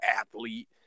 athlete